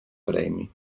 premi